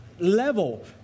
Level